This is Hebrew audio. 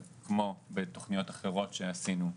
כמו בתוכניות אחרות שעשינו,